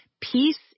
peace